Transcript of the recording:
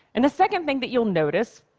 and the second thing that you'll notice,